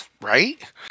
Right